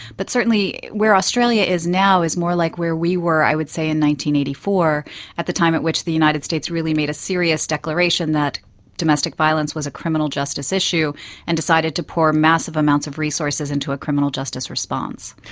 but certainly where australia is now is more like where we were i would say in one eighty four at the time at which the united states really made a serious declaration that domestic violence was a criminal justice issue and decided to pour massive amounts of resources into a criminal justice response.